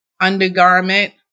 undergarment